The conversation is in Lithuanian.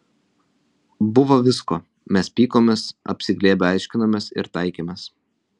buvo visko mes pykomės apsiglėbę aiškinomės ir taikėmės